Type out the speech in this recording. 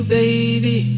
baby